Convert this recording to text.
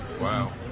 Wow